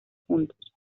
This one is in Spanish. juntos